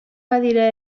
badira